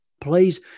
please